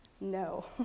No